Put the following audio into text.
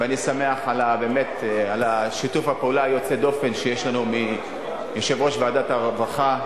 ואני שמח על שיתוף הפעולה יוצא הדופן שיש לנו עם יושב-ראש ועדת הרווחה,